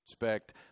respect